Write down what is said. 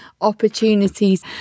opportunities